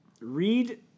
Read